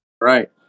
Right